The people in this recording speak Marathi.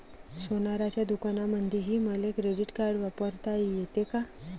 सोनाराच्या दुकानामंधीही मले क्रेडिट कार्ड वापरता येते का?